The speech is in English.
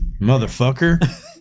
Motherfucker